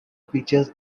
features